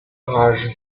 rage